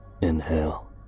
inhale